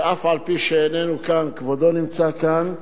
שאף-על-פי שאיננו כאן כבודו נמצא כאן,